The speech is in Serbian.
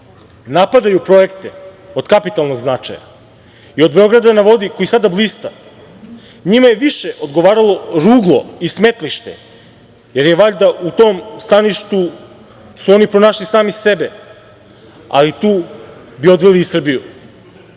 napadaju projekte od kapitalnog značaja i od Beograda na vodi, koji sada blista, njima je više odgovaralo ruglo i smetlište, jer su valjda u tom staništu oni pronašli sami sebe, a tu bi odveli i Srbiju. Dok